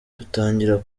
dutangira